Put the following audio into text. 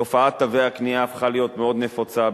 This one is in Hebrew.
תופעת תווי הקנייה הפכה להיות מאוד נפוצה,